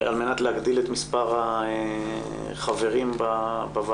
על מנת להגדיל את מספר החברים בוועדה,